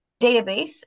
database